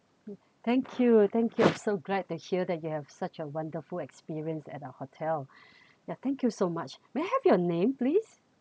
mm thank you thank you so glad to hear that you have such a wonderful experience at our hotel yeah thank you so much may I have your name please